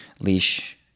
leash